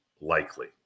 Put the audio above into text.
likely